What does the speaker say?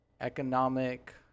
Economic